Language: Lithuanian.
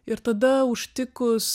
ir tada užtikus